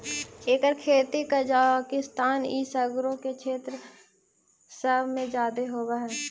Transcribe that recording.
एकर खेती कजाकिस्तान ई सकरो के क्षेत्र सब में जादे होब हई